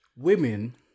Women